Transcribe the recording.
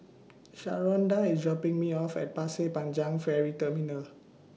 Sharonda IS dropping Me off At Pasir Panjang Ferry Terminal